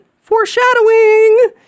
foreshadowing